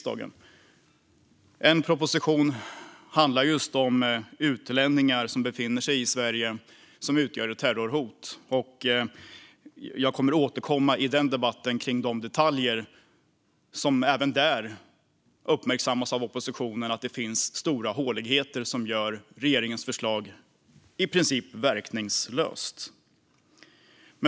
Den ena propositionen handlar om utlänningar som befinner sig i Sverige och utgör ett terrorhot. Jag återkommer i den debatten till de stora håligheter som oppositionen uppmärksammat och som gör regeringens förslag i princip verkningslöst.